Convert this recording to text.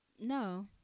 No